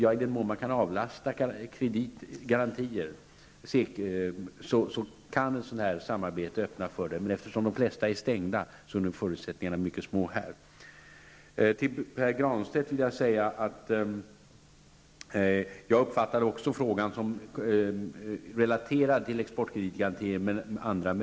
I den mån man kan avlasta garantier kan ett samarbete ge öppningar, men eftersom de flesta institut är stängda är nog förutsättningarna mycket små. Till Pär Granstedt vill jag säga att jag också uppfattade frågan som relaterad till exportkreditgarantier.